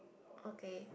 okay